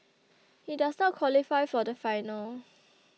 he does not qualify for the final